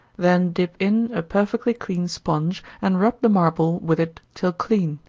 then dip in a perfectly clean sponge, and rub the marble with it till clean.